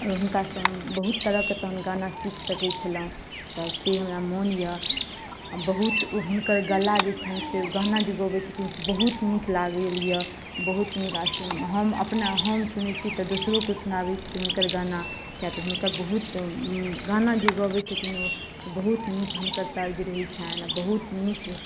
हुनका सँ हम बहुत तरहके तहन गाना सीख सकैत छलहुॅं तऽ से हमरा मोन यऽ बहुत हुनकर गला जे छैनि से गाना जे गबै छथिन से बहुत नीक लागल यऽ बहुत नीक हम अपना हम सुनै छी तऽ दोसरोके सुनाबै छियै हुनकर गाना किए तऽ हुनकर बहुत गाना जे गबै छथिन ओ से बहुत नीक हुनकर तर्ज रहै छैनि आ बहुत नीक